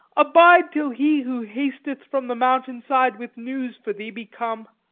abide till he who hasteth from the mountain side with news for thee, be come.